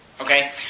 Okay